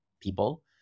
people